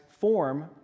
form